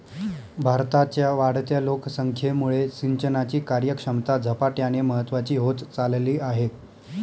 भारताच्या वाढत्या लोकसंख्येमुळे सिंचनाची कार्यक्षमता झपाट्याने महत्वाची होत चालली आहे